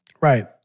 Right